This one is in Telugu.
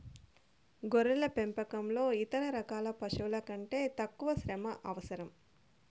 గొర్రెల పెంపకంలో ఇతర రకాల పశువుల కంటే తక్కువ శ్రమ అవసరం